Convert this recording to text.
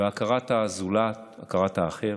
והכרת הזולת, הכרת האחר.